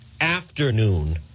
afternoon